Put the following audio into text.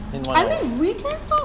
I mean we can talk